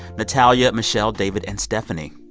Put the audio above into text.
natalia, michelle, david and stephanie.